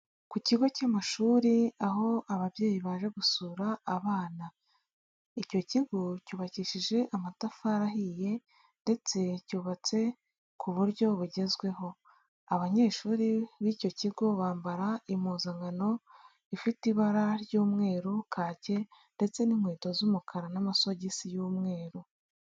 Ku kigo cy'amashuri aho ababyeyi baje gusura abana, icyo kigo cyubakishije amatafari ahiye ndetse cyubatse ku buryo bugezweho, abanyeshuri b'icyo kigo bambara impuzankano ifite ibara ry'umweru, kake ndetse n'inkweto z'umukara n'amasogisi y'umweru.